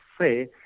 se